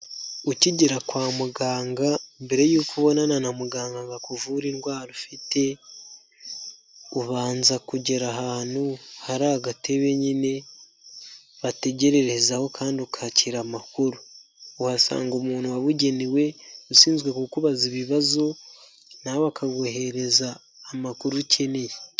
Ukigera kwa muganga mbere y'uko ubonana na muganga ngo akuvura indwara ufite ubanza kugera ahantu hari agatebe nyine bategererezaho kandi ukakira amakuru, uhasanga umuntu wabugenewe ushinzwe kukubaza ibibazo nawe akaguhereza amakuru ukeneye.